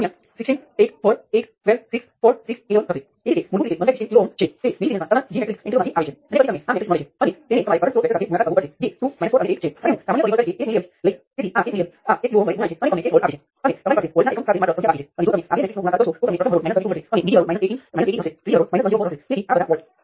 આપણે અહીં R11 R13 R23 R22 voltage drop લેવાં પડશે અને તેને લૂપમાં કુલ વોલ્ટેજ રાઈઝ સાથે સરખાવવો પડશે